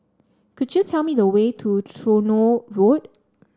could you tell me the way to Tronoh Road